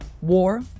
war